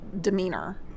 demeanor